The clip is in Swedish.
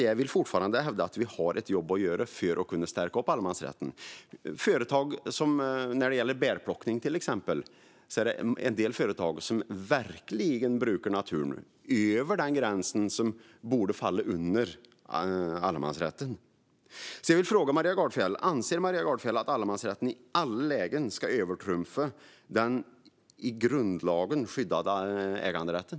Jag vill fortfarande hävda att vi har ett jobb att göra för att kunna stärka allemansrätten. När det gäller till exempel bärplockning är det en del företag som verkligen brukar naturen över gränsen för vad som borde falla under allemansrätten. Jag vill fråga Maria Gardfjell: Anser Maria Gardfjell att allemansrätten i alla lägen ska övertrumfa den i grundlagen skyddade äganderätten?